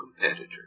competitor